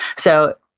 so,